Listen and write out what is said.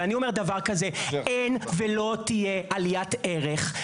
ואני אומר דבר כזה: אין ולא תהיה עליית ערך.